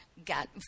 Got